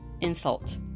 insult